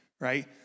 right